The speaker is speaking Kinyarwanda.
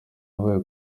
yabaye